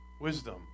wisdom